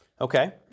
Okay